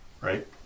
right